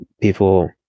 people